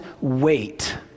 wait